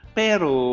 pero